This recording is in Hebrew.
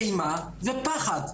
אימה ופחד.